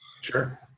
Sure